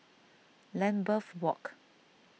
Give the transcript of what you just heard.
Lambeth Walk